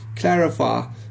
clarify